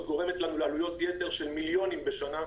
גורמת לנו לעלויות יתר של מיליונים בשנה.